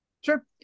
Sure